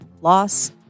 loss